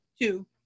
Two